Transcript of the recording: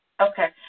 Okay